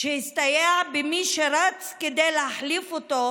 שהסתייע במי שרץ כדי להחליף אותו